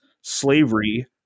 slavery